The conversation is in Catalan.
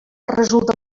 resulta